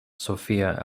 sophia